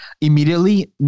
immediately